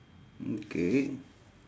mm K